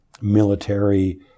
military